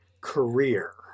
career